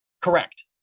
Correct